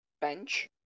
bench